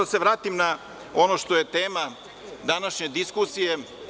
Da se vratim ono što je tema današnje diskusije.